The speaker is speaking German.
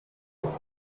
ist